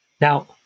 Now